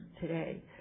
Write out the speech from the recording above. today